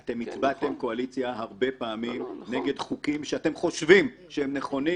אתם הצבעתם כקואליציה הרבה פעמים נגד חוקים שאתם חושבים שהם נכונים